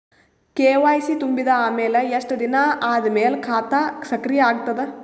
KYC ತುಂಬಿದ ಅಮೆಲ ಎಷ್ಟ ದಿನ ಆದ ಮೇಲ ಖಾತಾ ಸಕ್ರಿಯ ಅಗತದ?